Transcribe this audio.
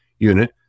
unit